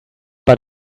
but